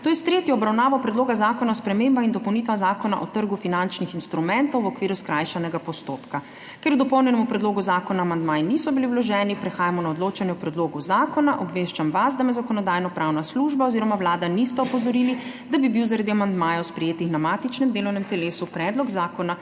to je s tretjo obravnavo Predloga zakona o spremembah in dopolnitvah Zakona o trgu finančnih instrumentov v okviru skrajšanega postopka.** Ker k dopolnjenemu predlogu zakona amandmaji niso bili vloženi, prehajamo na odločanje o predlogu zakona. Obveščam vas, da me Zakonodajno-pravna služba oziroma Vlada nista opozorili, da bi bil zaradi amandmajev, sprejetih na matičnem delovnem telesu, predlog zakona